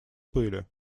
пыли